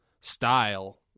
style